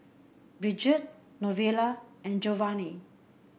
Bridgette Novella and Geovanni